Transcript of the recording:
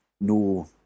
no